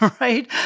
right